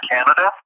Canada